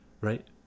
right